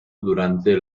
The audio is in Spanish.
durante